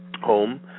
home